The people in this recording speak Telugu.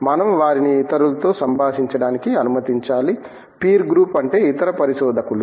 మనం వారిని ఇతరులతో సంభాషించడానికి అనుమతించాలి పీర్ గ్రూప్ అంటే ఇతర పరిశోధకులు